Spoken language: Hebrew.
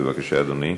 בבקשה, אדוני.